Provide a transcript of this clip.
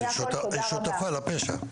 היא שותפה לפשע.